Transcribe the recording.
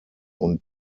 und